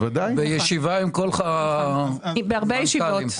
נכון, בעקבות הרבה ישיבות.